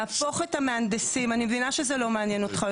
אני מבינה שזה לא מעניין אותך,